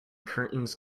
curtains